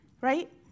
right